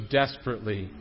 desperately